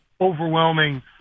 overwhelming